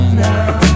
now